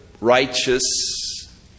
righteous